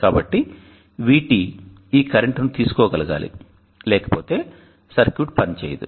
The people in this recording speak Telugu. కాబట్టి VT ఈ కరెంటును తీసుకోగలగాలి లేకపోతే సర్క్యూట్ పనిచేయదు